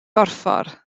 borffor